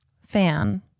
fan